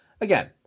again